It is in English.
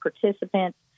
participants